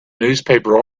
newspaper